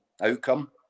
outcome